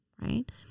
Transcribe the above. Right